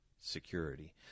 Security